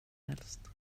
helst